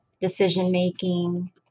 decision-making